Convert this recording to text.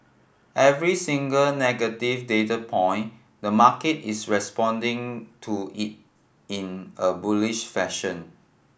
every single negative data point the market is responding to it in a bullish fashion